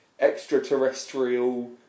extraterrestrial